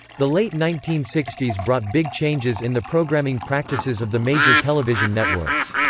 the late nineteen sixty s brought big changes in the programming practices of the major television networks.